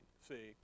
see